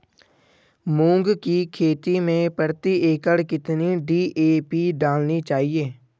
मूंग की खेती में प्रति एकड़ कितनी डी.ए.पी डालनी चाहिए?